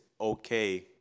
okay